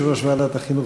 יושב-ראש ועדת החינוך,